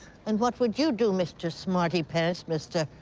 and what would you do, mr. smarty-pants? mr.